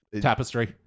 Tapestry